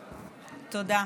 תודה.